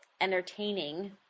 entertaining